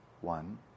one